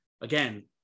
again